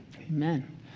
Amen